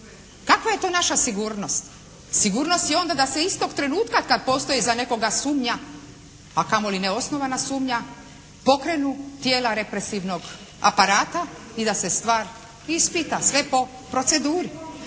kakva je to naša sigurnost. Sigurnost je onda da se istog trenutka kad postoji za nekoga sumnja, a kamoli ne osnovana sumnja pokrenu tijela represivnog aparata i da se stvar ispita sve po proceduri.